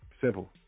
simple